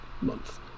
month